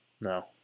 No